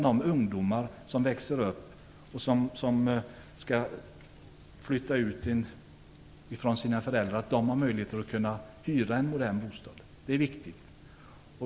De ungdomar som växer upp och skall flytta från sina föräldrar skall ha möjlighet att hyra en modern bostad. Det är viktigt.